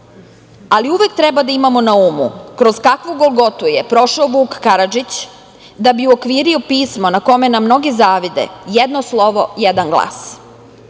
Ali, uvek treba da imamo na umu kroz kakvu golgotu je prošao Vuk Karadžić da bi uokvirio pismo na kome nam mnogi zavide - jedno slovo, jedan